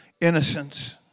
innocence